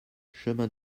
chemin